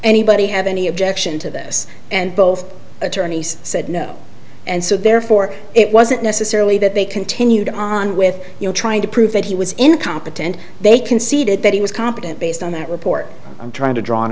anybody have any objection to this and both attorneys said no and so therefore it wasn't necessarily that they continued on with trying to prove that he was incompetent they conceded that he was competent based on that report i'm trying to draw